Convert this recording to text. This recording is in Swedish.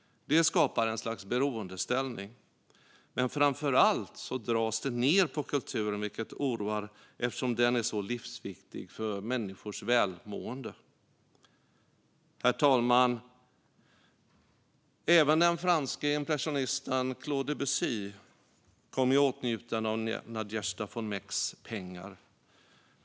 Det skapar ett slags beroendeställning. Men framför allt dras det ned på kulturen, vilket oroar eftersom den är så livsviktig för människors välmående. Herr talman! Även den franske impressionisten Claude Debussy kom i åtnjutande av Nadezjda von Mecks pengar.